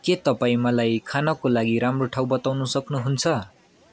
के तपाईँ मलाई खानको लागि राम्रो ठाउँ बताउन सक्नु हुन्छ